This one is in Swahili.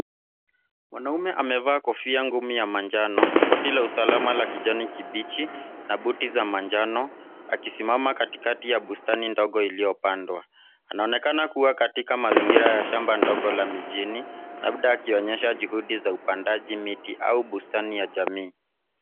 Mwanaume amevaa kofia ngumu ya manjano, koti la usalama la kijani kibichi na buti za manjano akisimama katikati ya bustani ndogo iliyopandwa. Anaonekana kuwa katika mazingira ya shamba ndogo la mijini, labda akionyesha juhudi za upandaji miti au bustani ya jamii.